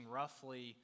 roughly